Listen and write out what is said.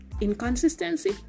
inconsistency